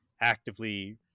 actively